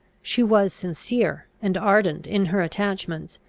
she was sincere and ardent in her attachments,